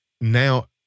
Now